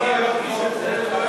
חברי חברי הכנסת,